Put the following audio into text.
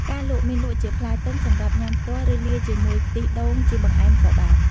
ការលក់ មានលក់ជាផ្លែទុំសម្រាប់ញ៉ាំផ្ទាល់ ឬលាយជាមួយខ្ទិះដូងជាបង្អែមក៏បាន។